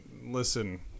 listen